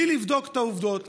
בלי לבדוק את העובדות?